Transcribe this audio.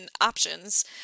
options